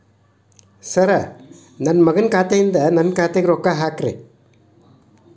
sir ನನ್ನ ಮಗನ ಖಾತೆ ಯಿಂದ ನನ್ನ ಖಾತೆಗ ರೊಕ್ಕಾ ಹಾಕ್ರಿ